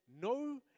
no